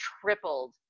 tripled